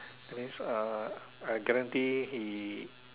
that means uh I guarantee he